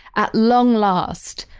at long last,